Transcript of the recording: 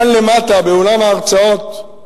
כאן למטה, באולם ההרצאות,